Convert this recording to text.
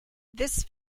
this